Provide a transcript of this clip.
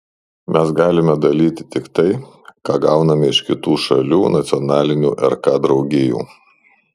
mes galime dalyti tik tai ką gauname iš kitų šalių nacionalinių rk draugijų